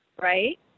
right